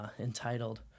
entitled